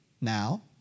Now